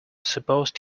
supposed